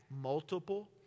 multiple